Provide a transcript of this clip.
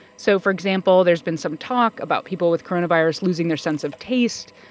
so for example, there's been some talk about people with coronavirus losing their sense of taste,